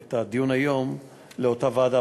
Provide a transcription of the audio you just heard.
את הדיון היום לאותה ועדה,